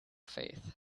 faith